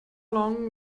long